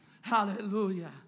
hallelujah